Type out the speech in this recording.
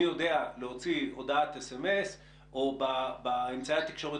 אני יודע להוציא הודעת סמ"ס או באמצעי התקשורת